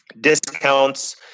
discounts